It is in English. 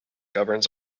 governs